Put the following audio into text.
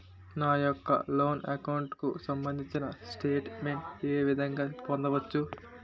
నా యెక్క loan account కు సంబందించిన స్టేట్ మెంట్ ఏ విధంగా పొందవచ్చు?